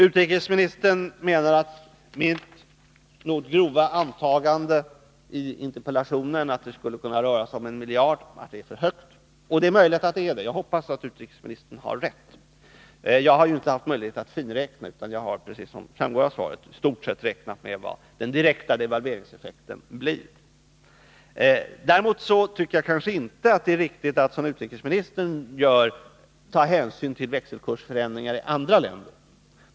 Utrikesministern menar att jag i mitt något grova antagande i interpellationen, att det skulle kunna röra sig om en miljard, har hamnat för högt. Det är möjligt. Jag hoppas att utrikesministern har rätt. Jag har inte haft möjlighet att finräkna — jag har, som framgår av svaret, i stort sett bara räknat med den direkta devalveringseffekten. Däremot tycker jag inte att det är riktigt att som utrikesministern gör ta hänsyn till växelkursförändringar i andra länder.